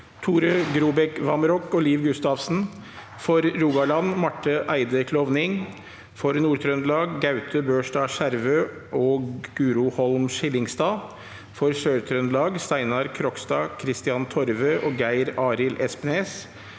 Tore Grobæk Vamraak og Liv Gustavsen For Rogaland: Marte Eide Klovning For Nord-Trøndelag: Gaute Børstad Skjervø og Guro Holm Skillingstad For Sør-Trøndelag: Steinar Krogstad, Kristian Torve og Geir Arild Espnes